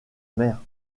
mère